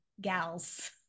gals